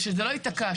שזה לא יתקע.